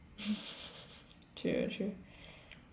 true true